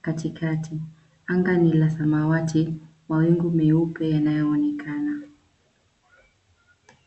katikati. Anga ni la samawati, mawingu meupe yanayoonekana.